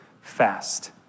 fast